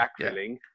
backfilling